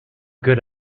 good